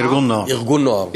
ארגון נוער.